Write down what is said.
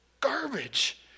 garbage